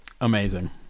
amazing